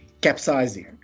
capsizing